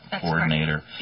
coordinator